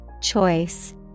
Choice